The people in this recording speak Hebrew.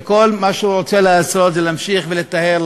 שכל מה שהוא רוצה לעשות זה להמשיך ולטהר,